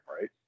right